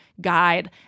guide